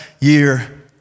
year